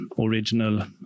original